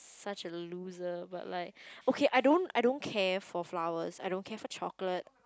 such a loser but like okay I don't I don't care for flowers I don't care for chocolate